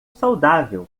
saudável